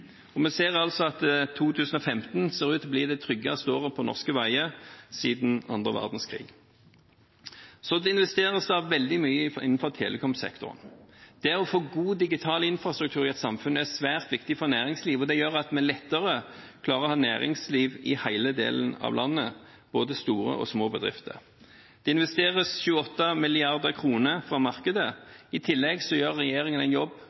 noe. 2015 ser altså ut til å bli det tryggeste året på norske veier siden annen verdenskrig. Det investeres veldig mye innenfor telekom-sektoren. Det å få god digital infrastruktur i et samfunn er svært viktig for næringslivet, og det gjør at vi lettere klarer å ha næringsliv i hele landet, både store og små bedrifter. Det investeres 28 mrd. kr fra markedet. I tillegg gjør regjeringen en jobb